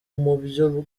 mubyo